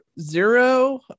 zero